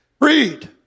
Read